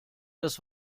das